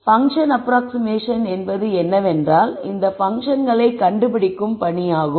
எனவே function approximation என்பது என்னவென்றால் இந்த பன்க்ஷன்களை கண்டுபிடிக்கும் பணியாகும்